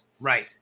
Right